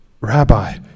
Rabbi